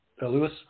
Lewis